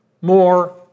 more